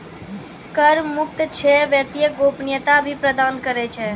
कर मुक्त क्षेत्र वित्तीय गोपनीयता भी प्रदान करै छै